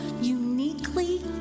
uniquely